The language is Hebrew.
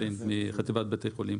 מחטיבת בתי החולים.